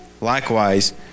Likewise